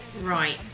right